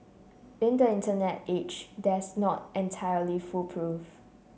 in the Internet age that's not entirely foolproof